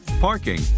parking